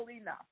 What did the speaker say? enough